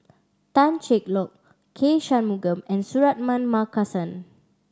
Tan Cheng Lock K Shanmugam and Suratman Markasan